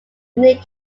union